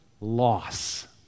loss